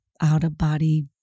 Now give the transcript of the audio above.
out-of-body